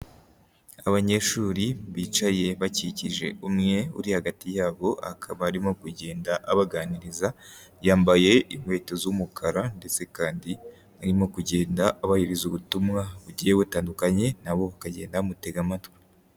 Abanyeshuri bicaye bakikije umwe uri hagati yabo akaba arimo kugenda abaganiriza, yambaye inkweto z'umukara ndetse kandi arimo kugenda abahiriza ubutumwa bugiye butandukanye, nabo bakagenda bamutega amatwi.